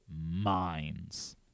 minds